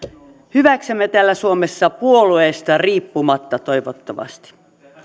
hyväksemme täällä suomessa puolueesta riippumatta toivottavasti